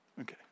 okay